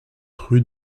rue